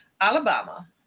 Alabama